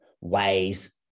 ways